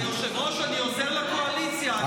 היושב-ראש, אני עוזר לקואליציה.